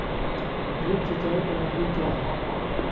Drip सिंचाई प्रणाली क्या है?